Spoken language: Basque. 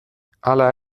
hala